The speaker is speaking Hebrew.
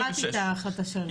קראתי את ההחלטה של הנציבות.